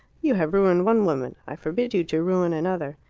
you have ruined one woman i forbid you to ruin another.